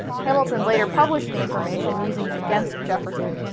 hamilton later published the information, using it against jefferson.